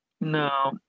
No